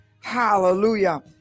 Hallelujah